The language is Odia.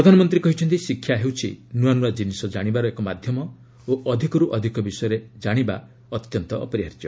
ପ୍ରଧାନମନ୍ତ୍ରୀ କହିଛନ୍ତି ଶିକ୍ଷା ହେଉଛି ନୂଆ ନୂଆ କିନିଷ କାଶିବାର ଏକ ମାଧ୍ୟମ ଓ ଅଧିକରୁ ଅଧିକ ବିଷୟରେ ଜାଣିବା ଅତ୍ୟନ୍ତ ଅପରିହାର୍ଯ୍ୟ